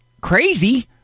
crazy